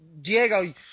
Diego